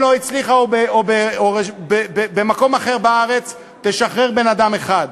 לא הצליחה, או במקום אחר בארץ, תשחרר בן-אדם אחד.